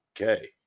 okay